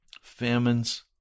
famines